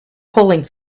pulling